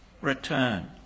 return